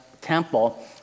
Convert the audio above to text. temple